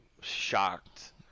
shocked